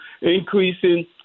increasing